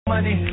Money